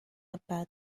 about